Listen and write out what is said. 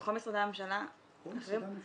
בכל משרדי הממשלה האחרים?